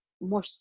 more